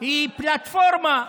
היא פלטפורמה,